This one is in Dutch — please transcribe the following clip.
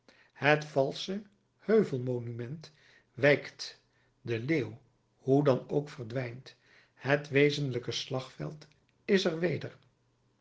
het valsche heuvel monument wijkt de leeuw hoe dan ook verdwijnt het wezenlijke slagveld is er weder